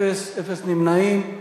אפס נמנעים.